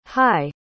Hi